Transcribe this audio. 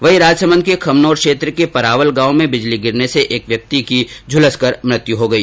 वहीं राजसमन्द के खमनौर क्षेत्र के परावल गांव में बिजली गिरने से एक व्यक्ति की झूलस कर मौत हो गई